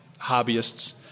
hobbyists